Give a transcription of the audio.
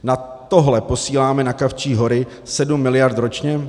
Na tohle posíláme na Kavčí hory 7 mld. ročně?